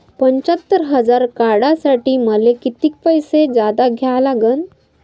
पंच्यात्तर हजार काढासाठी मले कितीक पैसे जादा द्या लागन?